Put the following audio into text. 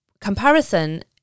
comparison